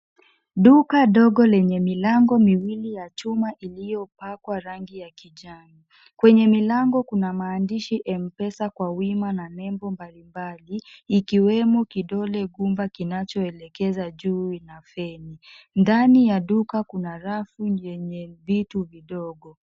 Duka dogo lenye milango miwili ya chuma iliyopakwa rangi ya kijani. Kwenye milango kuna maandishi M-Pesa kwa wima na nembo mbalimbali, ikiwemo kidole gumba kinachoelekeza juu na feni. Ndani ya duka kuna rafu yenye vitu vidogo.